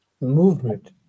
movement